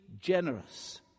generous